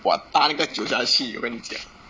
我 tah 那个酒下去我跟你讲